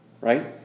Right